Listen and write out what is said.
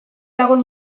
lagun